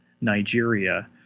Nigeria